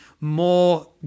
more